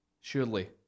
surely